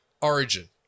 Origin